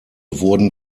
wurden